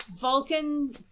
Vulcan